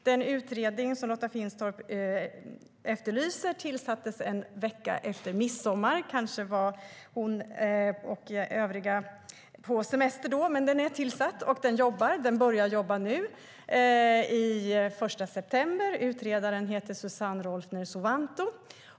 Den utredning Lotta Finstorp efterlyser tillsattes en vecka efter midsommar. Kanske var hon och övriga på semester då, men den är tillsatt. Den började jobba den 1 september, och utredaren heter Susanne Rolfner Suvanto.